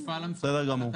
התחבורה.